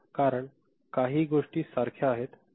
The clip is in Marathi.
कारण काही गोष्टी सारख्या आहेत